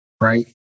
right